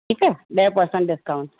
ठीकु आहे ॾह परसेंट डिस्काउंट